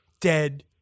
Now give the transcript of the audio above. dead